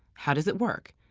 how does it work?